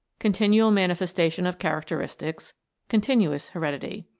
continual manifestation of characteristics continuous heredity.